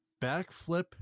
backflip